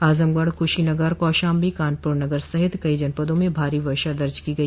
आजमगढ़ कुशीनगर कौशाम्बी कानपुर नगर सहित कई जनपदों में भारी वषा दर्ज की गई